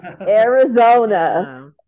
Arizona